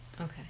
Okay